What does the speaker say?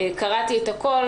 קראתי את הכול.